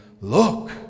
Look